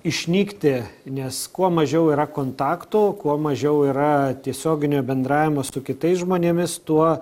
išnykti nes kuo mažiau yra kontakto kuo mažiau yra tiesioginio bendravimo su kitais žmonėmis tuo